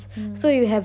mm